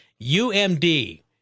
UMD